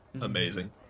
Amazing